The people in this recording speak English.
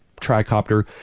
tricopter